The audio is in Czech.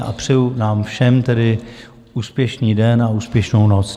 A přeju nám všem tedy úspěšný den a úspěšnou noc.